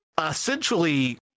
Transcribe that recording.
essentially